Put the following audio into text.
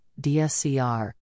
DSCR